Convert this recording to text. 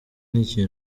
iki